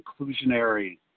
inclusionary